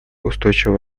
устойчивого